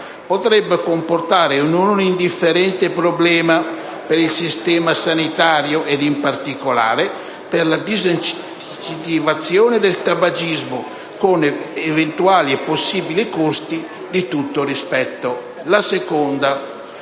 potrebbe comportare un non indifferente problema per il sistema sanitario e per la disincentivazione del tabagismo, con eventuali possibili costi di tutto rispetto. In secondo